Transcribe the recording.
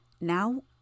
Now